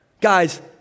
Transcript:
Guys